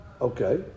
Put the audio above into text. Okay